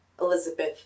Elizabeth